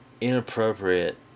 inappropriate